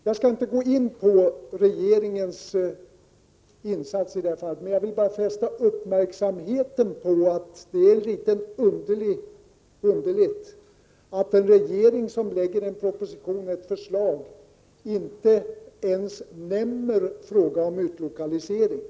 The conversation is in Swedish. Jag skall inte gå in på regeringens insats i detta fall, men vill fästa uppmärksamheten på att det är litet underligt att en regering som lägger fram ett sådant här förslag inte ens nämner problemet med utlokalisering.